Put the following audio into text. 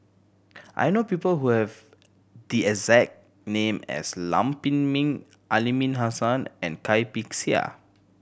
I know people who have the exact name as Lam Pin Min Aliman Hassan and Cai Bixia